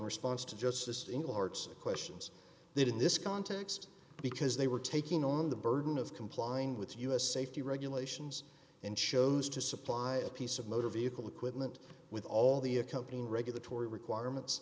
response to justice in your hearts and questions that in this context because they were taking on the burden of complying with us safety regulations and chose to supply a piece of motor vehicle equipment with all the accompanying regulatory requirements